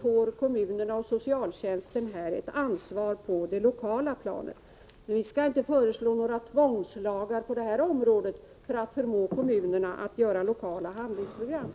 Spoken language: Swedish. får kommunerna och socialtjänsten ett ansvar på det lokala planet. Men vi skall inte föreslå några tvångslagar på det här området för att förmå kommunerna att göra lokala handlingsprogram.